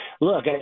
look